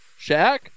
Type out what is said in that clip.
Shaq